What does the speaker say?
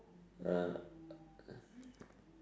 ah